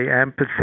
empathy